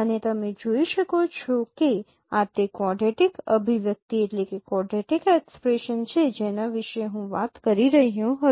અને તમે જોઈ શકો છો કે આ તે ક્વોડરેટિક અભિવ્યક્તિ છે જેના વિશે હું વાત કરી રહ્યો હતો